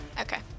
Okay